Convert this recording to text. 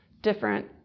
different